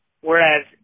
Whereas